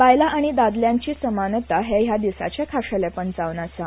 बायला आनी दादल्यांची समानता हे हया दिसाचे खाशेलेपण जावन आसा